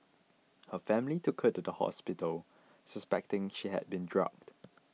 her family took her to the hospital suspecting she had been drugged